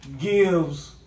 gives